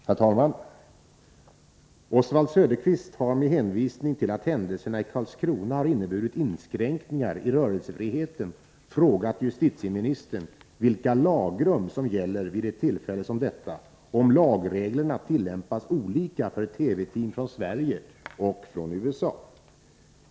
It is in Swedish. Herr talman! Oswald Söderqvist har med hänvisning till att händelserna i Karlskrona har inneburit inskränkningar i rörelsefriheten frågat justitieministern vilka lagrum som gäller vid ett tillfälle som detta och om lagreglerna tillämpas olika för TV-team från Sverige och från USA.